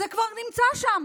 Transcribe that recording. זה כבר נמצא שם,